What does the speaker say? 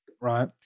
right